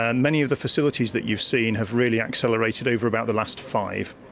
ah and many of the facilities that you've seen have really accelerated over about the last five.